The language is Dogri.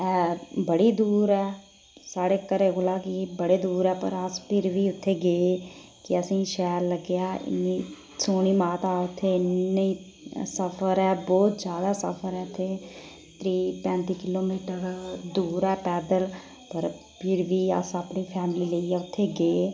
ऐ बड़ी दूर ऐ साढ़े घरै कोला बड़ी दूर ऐ पर अस प्ही बी उत्थै गे हे कि असेंगी शैल लग्गेआ इन्नी सोह्नी माता उत्थै इन्नी सफर ऐ बहुत जादा सफर ऐ इत्थै त्रीह् पैंती किलोमीटर दूर ऐ पैदल पर फिर बी अस अपनी फैमिली लेइयै उत्थें गे